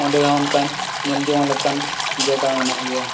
ᱚᱸᱰᱮ ᱦᱚᱸ ᱚᱱᱠᱟᱱ ᱧᱮᱞ ᱡᱚᱝ ᱞᱮᱠᱟᱱ ᱡᱟᱭᱜᱟ ᱢᱮᱱᱟᱜ ᱜᱮᱭᱟ